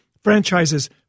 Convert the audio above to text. franchise's